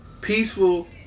peaceful